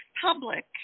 public